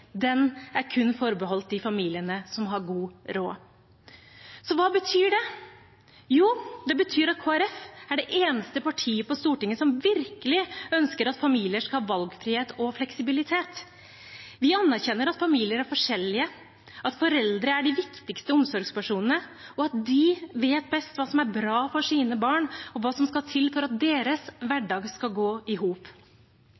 er forbeholdt de familiene som har god råd. Hva betyr det? Jo, det betyr at Kristelig Folkeparti er det eneste partiet på Stortinget som virkelig ønsker at familier skal ha valgfrihet og fleksibilitet. Vi anerkjenner at familier er forskjellige, at foreldre er de viktigste omsorgspersonene, og at de vet best hva som er bra for sine barn, og hva som skal til for at deres